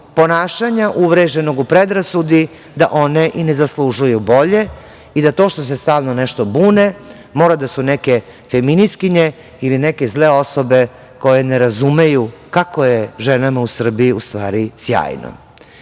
ponašanja uvreženog u predrasudi da one i ne zaslužuju bolje i da to što se stalno nešto bune, mora da su neke feministkinje ili neke zle osobe koje ne razumeju kako je ženama u Srbiji, u stvari, sjajno. Kad